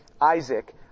Isaac